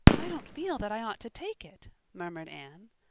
i don't feel that i ought to take it, murmured anne.